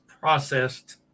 processed